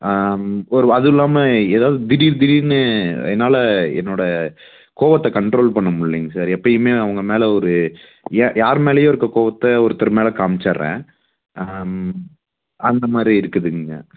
ஒரு அதுவும் இல்லாமல் எதாவது திடீர் திடீரென்னு என்னால் என்னோடய கோவத்தை கண்ட்ரோல் பண்ண முடியலிங்க சார் எப்பயுமே அவங்க மேலே ஒரு ஏன் யார் மேலேயோ இருக்கற கோவத்தை ஒருத்தர் மேலே காமுச்சிடுறேன் அந்தமாதிரி இருக்குதுங்க